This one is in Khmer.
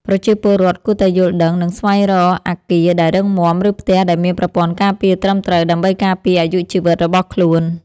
ប្រជាពលរដ្ឋគួរតែយល់ដឹង និងស្វែងរកអគារដែលរឹងមាំ ឬផ្ទះដែលមានប្រព័ន្ធការពារត្រឹមត្រូវដើម្បីការពារអាយុជីវិតរបស់ខ្លួន។